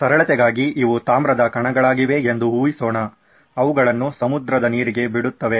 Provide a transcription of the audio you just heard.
ಸರಳತೆಗಾಗಿ ಇವು ತಾಮ್ರದ ಕಣಗಳಾಗಿವೆ ಎಂದು ಊಹಿಸೋಣ ಅವುಗಳನ್ನು ಸಮುದ್ರದ ನೀರಿಗೆ ಬಿಡುತ್ತವೆ